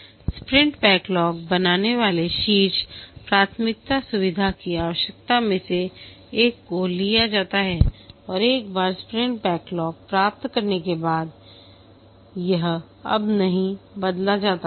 sprint backlog बनाने वाले शीर्ष प्राथमिकता सुविधा की आवश्यकता में से एक को लिया जाता है और एक बार स्प्रिंट बैकलॉग प्राप्त करने के बाद यह अब नहीं बदला जाता है